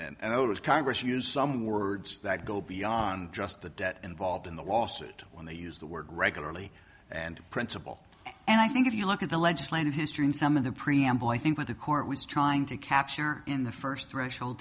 was congress you some words that go beyond just the debt involved in the lawsuit when they use the word regularly and principle and i think if you look at the legislative history and some of the preamble i think what the court was trying to capture in the first threshold